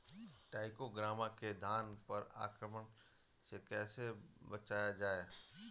टाइक्रोग्रामा के धान पर आक्रमण से कैसे बचाया जाए?